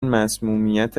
مصمومیت